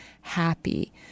happy